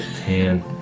tan